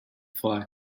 fly